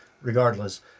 Regardless